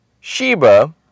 Sheba